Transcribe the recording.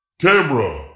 camera